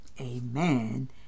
Amen